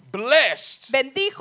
blessed